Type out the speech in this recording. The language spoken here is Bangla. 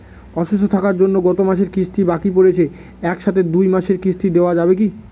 অসুস্থ থাকার জন্য গত মাসের কিস্তি বাকি পরেছে এক সাথে দুই মাসের কিস্তি দেওয়া যাবে কি?